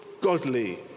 godly